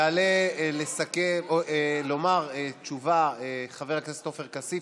יעלה לומר תשובה חבר הכנסת עופר כסיף.